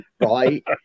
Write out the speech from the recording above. right